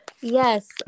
Yes